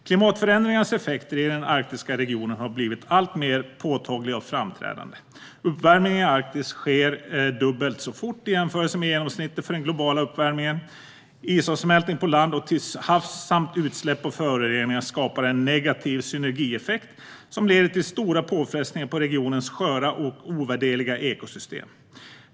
Klimatförändringarnas effekter i den arktiska regionen har blivit alltmer påtagliga och framträdande. Uppvärmningen i Arktis sker dubbelt så fort i jämförelse med genomsnittet för den globala uppvärmningen. Isavsmältning på land och till havs samt utsläpp och föroreningar skapar en negativ synergieffekt som leder till stora påfrestningar på regionens sköra och ovärderliga ekosystem.